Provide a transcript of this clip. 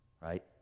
right